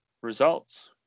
results